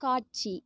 காட்சி